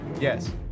Yes